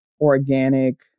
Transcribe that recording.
organic